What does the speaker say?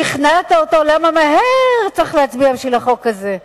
שכנעת אותו למה מהר צריך להצביע בשביל החוק הזה.